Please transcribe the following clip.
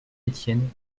étienne